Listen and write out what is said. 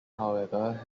however